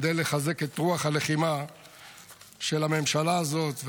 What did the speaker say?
כדי לחזק את רוח הלחימה של הממשלה הזאת.